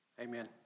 Amen